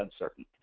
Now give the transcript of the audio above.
uncertain